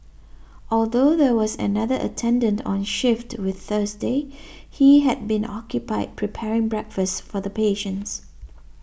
although there was another attendant on shift with Thursday he had been occupied preparing breakfast for the patients